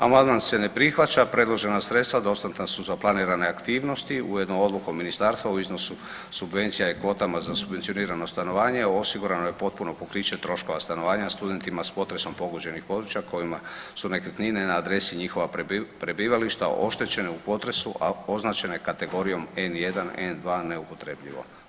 Amandman se ne prihvaća, predložena sredstva dostatna su za planirane aktivnosti ujedno odlukom ministarstva u iznosu subvencija i kvotama za subvencionirano stanovanje osigurano je potpuno pokriće troškova stanovanja studentima s potresom pogođenih područja kojima su nekretnine na adresi njihova prebivališta oštećene u potresu, a označene kategorijom N1, N2 neupotrebljivo.